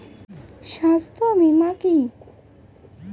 স্বাস্থ্য বীমা কি?